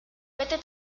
vete